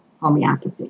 homeopathy